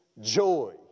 joy